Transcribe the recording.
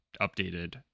updated